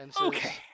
Okay